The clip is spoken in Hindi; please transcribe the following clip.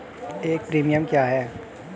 एक प्रीमियम क्या है?